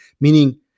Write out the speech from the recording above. meaning